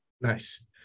Nice